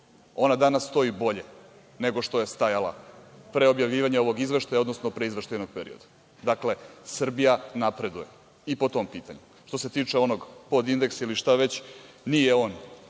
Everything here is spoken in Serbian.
ona danas stoji bolje, nego što je stajala pre objavljivanja ovog izveštaja, odnosno pre izveštajnog perioda. Dakle, Srbija napreduje i po tom pitanju. Što se tiče onog podindeksa ili šta već, nije on